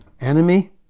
Enemy